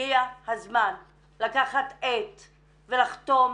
הגיע הזמן לקחת עט ולחתום